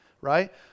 right